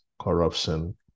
corruption